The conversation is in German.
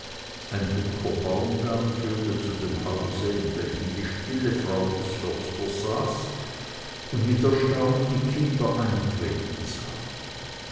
ein dunkler baumgang führte zu dem hause in welchem die stille frau des försters saß und mit erstaunen die kinder eintreten sah